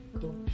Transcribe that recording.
cool